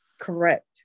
correct